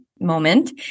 moment